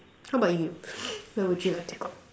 how about you where would you like to go